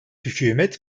hükümet